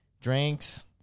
drinks